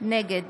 נגד